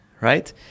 right